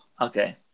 Okay